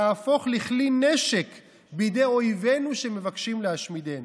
להפוך לכלי נשק בידי אויבינו שמבקשים להשמידנו.